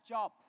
Job